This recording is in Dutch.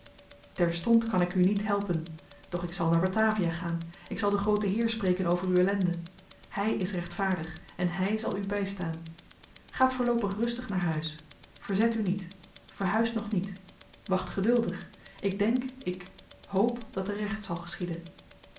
terstond kan ik u niet helpen doch ik zal naar batavia gaan ik zal den grooten heer spreken over uw ellende hy is rechtvaardig en hy zal u bystaan gaat voorloopig rustig naar huis verzet u niet verhuist nog niet wacht geduldig ik denk ik hoop dat er recht zal geschieden